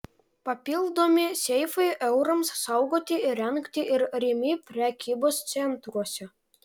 papildomi seifai eurams saugoti įrengti ir rimi prekybos centruose